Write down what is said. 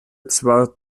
zwar